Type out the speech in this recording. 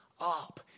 up